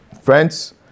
friends